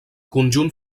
conjunt